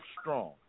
strong